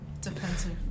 defensive